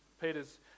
Peter's